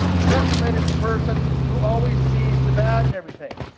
the pessimist is the person who always sees the bad in everything.